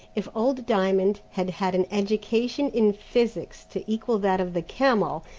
if old diamond had had an education in physics to equal that of the camel,